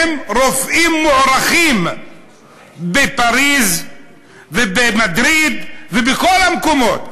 הם רופאים מוערכים בפריז ובמדריד ובכל המקומות,